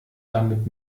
damit